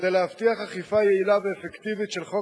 כדי להבטיח אכיפה יעילה ואפקטיבית של חוק